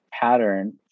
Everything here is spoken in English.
pattern